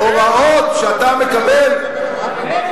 הוראות שאתה מקבל, בטח.